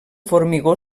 formigó